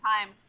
time